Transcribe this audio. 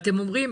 ואתם אומרים